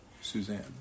Suzanne